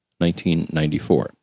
1994